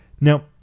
Now